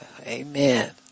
Amen